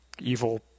evil